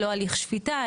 ללא הליך שפיטה.